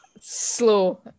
Slow